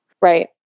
Right